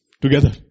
together